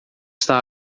está